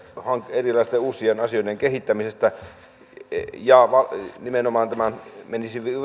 erilaisten uusien asioiden kehittämisestä nimenomaan tämä menisi